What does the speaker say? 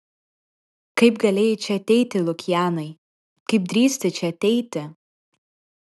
kaip galėjai čia ateiti lukianai kaip drįsti čia ateiti